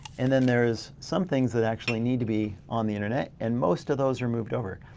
and then there's some things that actually need to be on the internet and most of those are moved over.